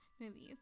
movies